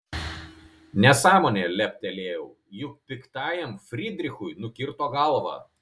nesąmonė leptelėjau juk piktajam frydrichui nukirto galvą